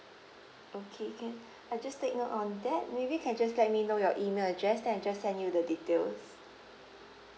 okay can I just take note on that maybe can just let me know your email address then I just send you the details